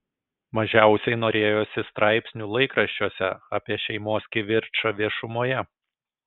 mažiausiai norėjosi straipsnių laikraščiuose apie šeimos kivirčą viešumoje